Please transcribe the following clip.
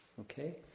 Okay